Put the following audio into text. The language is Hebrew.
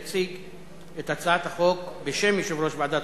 יציג את הצעת החוק בשם יושב-ראש ועדת